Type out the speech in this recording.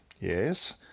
Yes